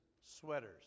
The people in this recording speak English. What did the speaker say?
sweaters